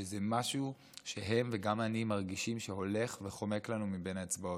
שזה משהו שהם וגם אני מרגישים שהולך וחומק לנו מבין האצבעות.